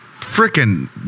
freaking